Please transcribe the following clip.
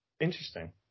Interesting